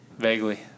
Vaguely